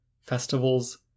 Festivals